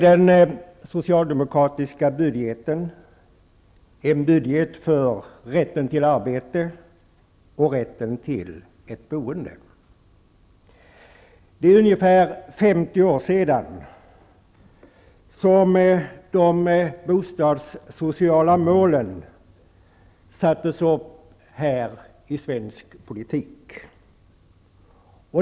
Den socialdemokratiska budgeten är därför en budget för rätten till arbete och boende. För ungefär 50 år sedan sattes de bostadssociala målen upp i svensk politik.